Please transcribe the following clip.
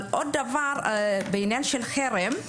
עוד דבר בעניין של חרם,